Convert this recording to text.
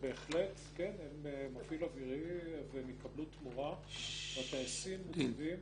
שבהחלט הם מפעיל אווירי והם יקבלו תמורה והטייסים מוצבים.